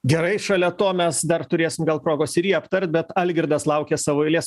gerai šalia to mes dar turėsim gal progos ir jį aptart bet algirdas laukia savo eilės